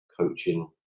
coaching